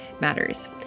matters